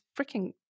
freaking